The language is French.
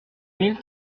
mille